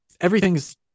everything's